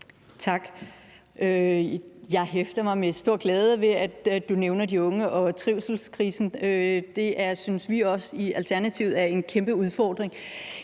Tak. Jeg hæfter mig med stor glæde ved, at du nævner de unge og trivselskrisen, for det synes vi i Alternativet også er en kæmpe udfordring.